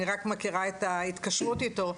אני רק מכירה את ההתקשרות איתו,